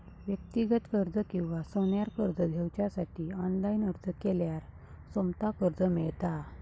व्यक्तिगत कर्ज किंवा सोन्यार कर्ज घेवच्यासाठी ऑनलाईन अर्ज केल्यार सोमता कर्ज मेळता